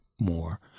more